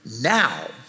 now